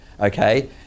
okay